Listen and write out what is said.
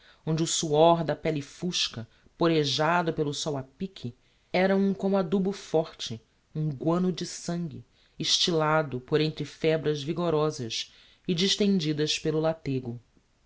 onde o suor da pelle fusca porejado pelo sol a pique era um como adubo forte um guano de sangue estillado por entre febras vigorosas e distendidas pelo latego